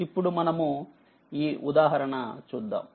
ఇప్పుడు మనము ఈ ఉదాహరణ చూద్దాం